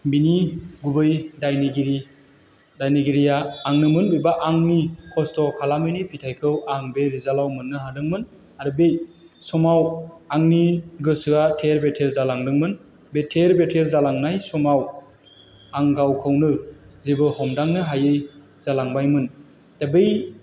बिनि गुबै दायनिगिरि दायनिगिरिया आंनोमोन एबा आंनि खस्थ' खालामैनि फिथाइखौ आं बे रिजाल्टआव मोननो हादोंमोन आरो बे समाव आंनि गोसोआ थेर बेथेर जालांदोंमोन बे थेर बेथेर जालांनाय समाव आं गावखौनो जेबो हमदांनो हायि जालांबायमोन दा बै